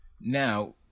Now